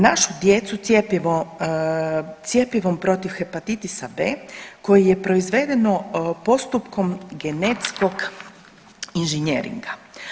Našu djecu cjepivom protiv hepatitisa B koji je proizveden postupkom genetskog inženjeringa.